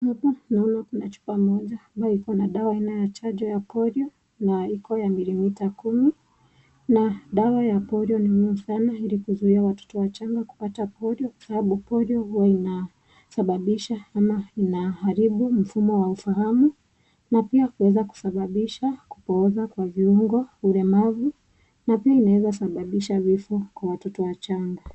Hapa naona kuna chupa moja, ambayo iko na dawa aina ya polio, na iko ya mililita kumi, na dawa ya polio ni muhimu sana, ili kuzuia watoto wachanga kupata polio, sababu polio huwa inasababisha ama inaharibu mfumo ya ufahamu, na pia kuweza kusababisha kupooza kwa viungo, ulemavu, na pia inaweza sababisha vifo kwa watoto wachanga.